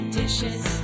dishes